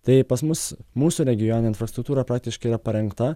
tai pas mus mūsų regione infrastruktūra praktiškai yra parengta